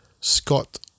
Scott